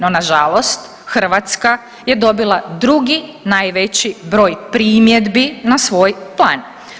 No, nažalost Hrvatska je dobila drugi najveći broj primjedbi na svoj plan.